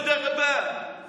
אתה לא ראוי, הבנתי.